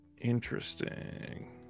Interesting